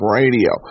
radio